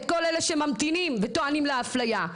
את כל אלה שממתינים וטוענים לאפליה,